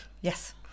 Yes